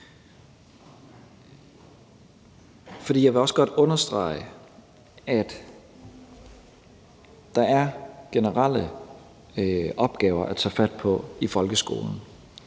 Jeg vil også godt understrege, at der er generelle opgaver at tage fat på i folkeskolen.